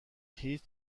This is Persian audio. هیچ